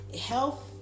health